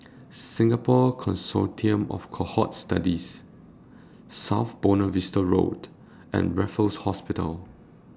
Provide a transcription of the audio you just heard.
Singapore Consortium of Cohort Studies South Buona Vista Road and Raffles Hospital